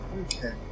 Okay